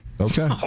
Okay